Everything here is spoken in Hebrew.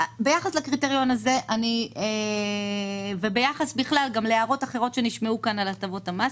ביחס לקריטריון הזה וביחס בכלל להערות אחרות שנשמעו כאן על הטבות מס,